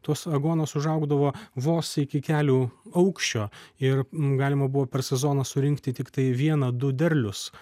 tos aguonos užaugdavo vos iki kelių aukščio ir galima buvo per sezoną surinkti tiktai vieną du derlius